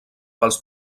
pels